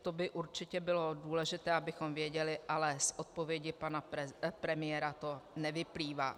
To by určitě bylo důležité, abychom věděli, ale z odpovědi pana premiéra to nevyplývá.